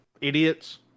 idiots